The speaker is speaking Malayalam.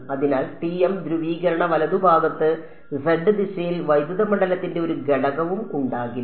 അതിനാൽ TM ധ്രുവീകരണ വലതുഭാഗത്ത് z ദിശയിൽ വൈദ്യുത മണ്ഡലത്തിന്റെ ഒരു ഘടകവും ഉണ്ടാകില്ല